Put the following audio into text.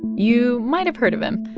you might've heard of him.